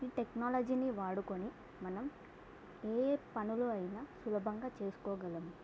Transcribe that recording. ఈ టెక్నాలజీని వాడుకుని మనం ఏ పనులు అయినా సులభంగా చేసుకోగలము